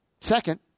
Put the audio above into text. Second